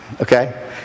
Okay